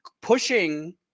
pushing